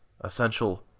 essential